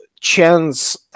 chance